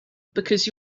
because